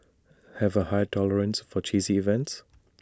have A high tolerance for cheesy events